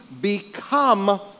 become